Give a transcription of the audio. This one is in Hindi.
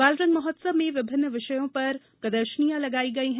बालरंग महोत्सव में विभिन्न विषय पर प्रदर्शनियाँ लगाई गई हैं